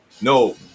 no